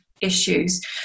Issues